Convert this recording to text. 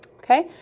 okay?